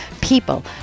people